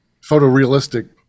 photorealistic